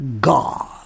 God